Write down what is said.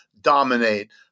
dominate